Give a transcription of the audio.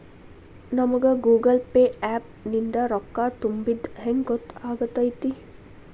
ನಮಗ Google pay app ನಿಂದ ರೊಕ್ಕಾ ತುಂಬಿದ್ದ ಹೆಂಗ್ ಗೊತ್ತ್ ಆಗತೈತಿ?